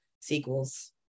sequels